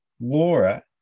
Laura